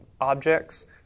objects